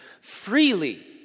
Freely